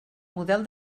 model